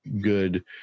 good